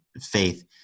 faith